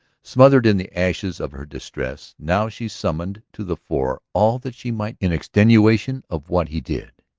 smothered in the ashes of her distress now she summoned to the fore all that she might in extenuation of what he did.